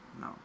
No